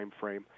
timeframe